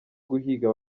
guhiga